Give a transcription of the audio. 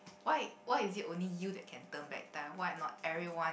why why is it only you that can turn back time why not everyone